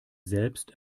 selbst